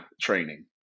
training